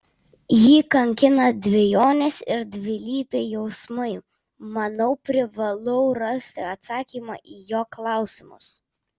jį kankina dvejonės ir dvilypiai jausmai manau privalau rasti atsakymą į jo klausimus